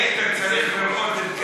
היית צריך לראות את גפני,